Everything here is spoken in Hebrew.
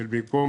שבמקום